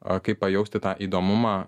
kaip pajausti tą įdomumą